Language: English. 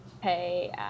pay